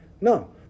no